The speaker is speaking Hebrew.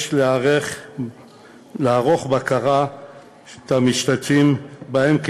יש לערוך בקרה על המשתתפים בהן,